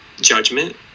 judgment